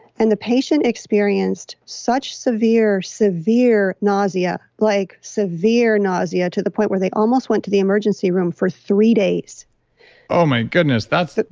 and the patient experienced such severe, severe nausea, like severe nausea to the point where they almost went to the emergency room for three days oh, my goodness, that's severe.